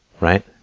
right